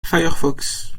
firefox